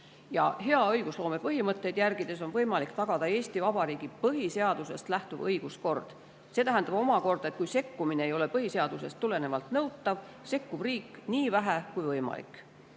Hea õigusloome põhimõtteid järgides on võimalik tagada Eesti Vabariigi põhiseadusest lähtuv õiguskord. See tähendab omakorda, et kui sekkumine ei ole põhiseadusest tulenevalt nõutav, sekkub riik nii vähe kui